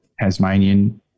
Tasmanian